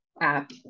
app